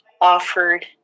offered